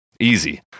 Easy